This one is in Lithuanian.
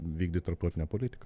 vykdyt tarptautinę politiką